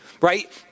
right